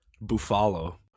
Buffalo